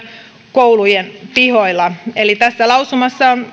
koulujen pihoilla eli tässä lausumassa